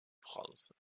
france